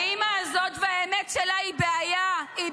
את יודעת מה עשיתי היום בשביל זה?